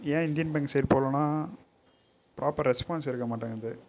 ஏன் Indian bank side போகலன்னா proper response இருக்க மாட்டேங்குது